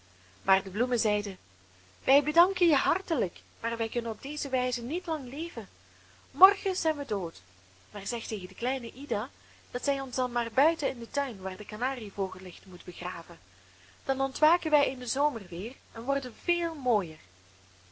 maar de bloemen zeiden wij bedanken je hartelijk maar we kunnen op deze wijze niet lang leven morgen zijn wij dood maar zeg tegen de kleine ida dat zij ons dan maar buiten in den tuin waar de kanarievogel ligt moet begraven dan ontwaken wij in den zomer weer en worden veel mooier